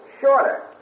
shorter